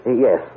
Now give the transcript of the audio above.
Yes